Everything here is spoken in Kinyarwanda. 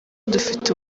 dufite